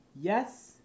yes